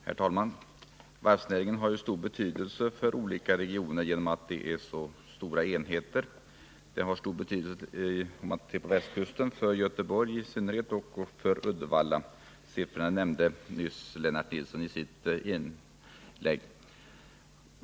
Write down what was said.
Herr talman! Varvsnäringen har stor betydelse för olika regioner genom att varven är så stora enheter. Varvsnäringen har stor betydelse för västkusten och i synnerhet för Göteborg och Uddevalla. Lennart Nilsson nämnde några siffror i sitt inlägg nyss.